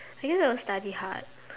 I guess I'll study hard